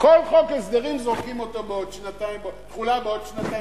כל חוק הסדרים זורקים אותו: תחולה בעוד שנתיים,